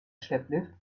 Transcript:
schlepplift